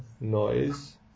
noise